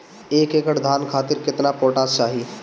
एक एकड़ धान खातिर केतना पोटाश चाही?